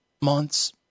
months